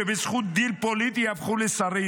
שבזכות דיל פוליטי הפכו לשרים,